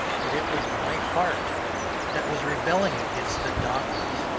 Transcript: but it was my heart that was rebelling against the dogmas.